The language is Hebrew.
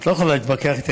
את לא יכולה להתווכח איתי.